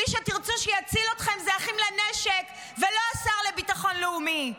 מי שתרצו שיציל אתכם הם אחים לנשק ולא השר לביטחון לאומי.